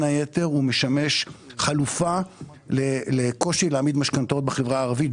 היתר משמש חלופה לקושי להעמיד משכנתאות בחברה הערבית,